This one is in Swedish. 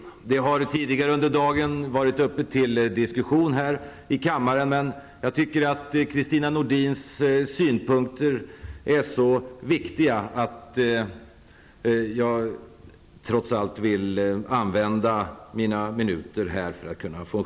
Frågan har tidigare under dagen varit uppe till diskussion här i kammaren, men jag tycker att Kristina Nordins synpunkter är så viktiga att jag trots allt vill använda mina minuter här till att föra fram dem.